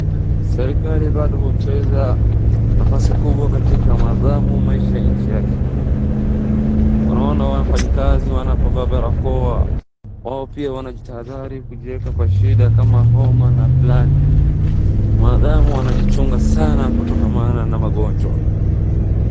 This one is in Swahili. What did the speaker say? Serikali bado hucheza nafasi kubwa katika mwanadamu maisha nchi yake. Unaona wafanyikazi wanapovaa barakoa wao pia wanajitahadhari kujieka kwa shida kama homa na fulani. Mwanadamu anajichunga sana kutokamana na magonjwa.